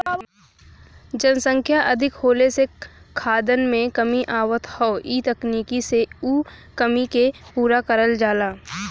जनसंख्या अधिक होले से खाद्यान में कमी आवत हौ इ तकनीकी से उ कमी के पूरा करल जाला